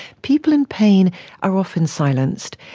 people in pain are often silenced,